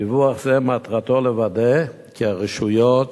דיווח זה מטרתו לוודא כי הרשויות